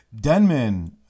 Denman